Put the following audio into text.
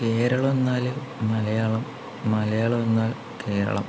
കേരളം എന്നാല് മലയാളം മലയാളം എന്നാൽ കേരളം